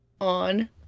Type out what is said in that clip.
on